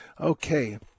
Okay